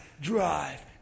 drive